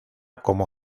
como